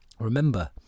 Remember